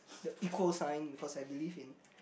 the equal sign because I believe in